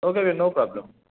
okay बीन no problem